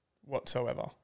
whatsoever